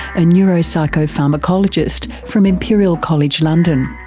a neuropsychopharmacologist from imperial college london.